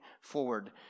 forward